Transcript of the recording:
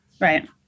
Right